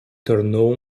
tornou